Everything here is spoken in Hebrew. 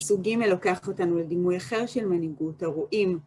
פסוק ג' לוקח אותנו לדימוי אחר של מנהיגות אירועים.